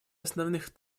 основных